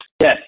Yes